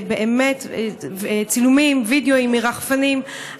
תצלומי וידיאו מרחפנים,